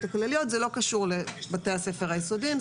הכלליות וזה לא קשור לבתי הספר היסודיים,